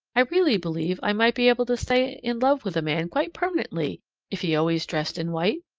i really believe i might be able to stay in love with a man quite permanently if he always dressed in white.